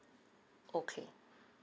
okay